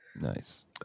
Nice